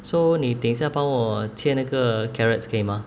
so 你等一下帮我切那个 carrots 可以吗